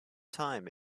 time